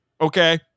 okay